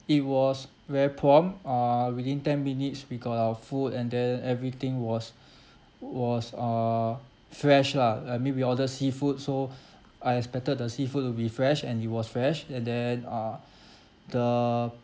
it was very prompt uh within ten minutes we got our food and then everything was was uh fresh lah I mean we ordered seafood so I expected the seafood to be fresh and it was fresh and then uh the